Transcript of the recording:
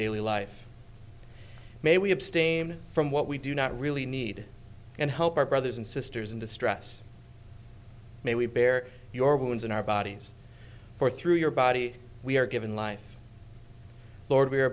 daily life may we abstain from what we do not really need and help our brothers and sisters in distress may we bear your wounds in our bodies for through your body we are given life lord we